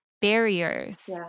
barriers